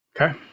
Okay